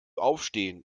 aufstehen